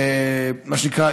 מה שנקרא,